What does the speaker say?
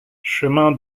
chemin